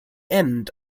end